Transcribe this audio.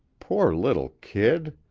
poor little kid!